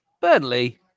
Burnley